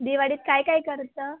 दिवाळीत काय काय करतं